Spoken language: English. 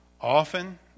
Often